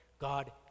God